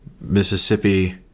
Mississippi